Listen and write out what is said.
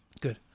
Good